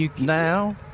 Now